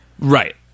Right